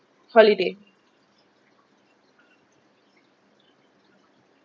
holiday